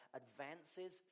advances